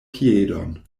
piedon